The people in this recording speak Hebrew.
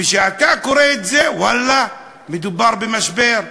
וכשאתה קורא את זה, ואללה, מדובר במשבר.